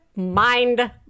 Mind